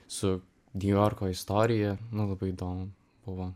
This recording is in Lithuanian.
su niujorko istorijana labai įdomu buvo